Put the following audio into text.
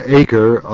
acre